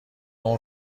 اون